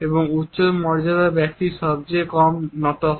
এবং উচ্চ মর্যাদার ব্যক্তি সবচেয়ে কম নত হয়